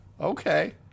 okay